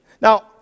Now